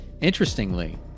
Interestingly